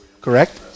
correct